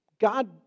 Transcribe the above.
God